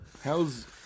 How's